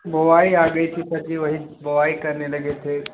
बोआई आ गई थी सर जी वही बोआई करने लगे थे